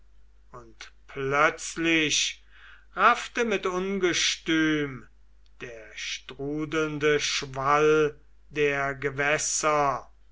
und plötzlich raffte mit ungestüm der strudelnde schwall der gewässer